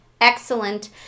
excellent